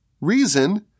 reason